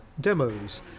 demos